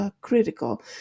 critical